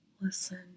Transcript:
listen